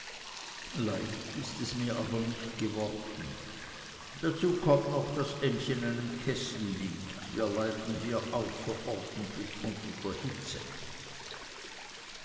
leicht ist es mir aber nicht geworden dazu kommt noch daß ems in einem kessel liegt wir leiden hier außerordentlich unter der hitze